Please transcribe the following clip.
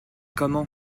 comment